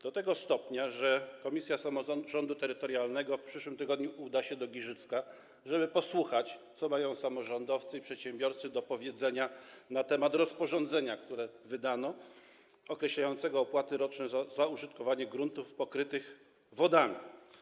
Do tego stopnia, że komisja samorządu terytorialnego w przyszłym tygodniu uda się do Giżycka, żeby posłuchać, co mają samorządowcy i przedsiębiorcy do powiedzenia na temat rozporządzenia, które wydano, określającego opłaty roczne za użytkowanie gruntów pokrytych wodami.